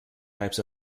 types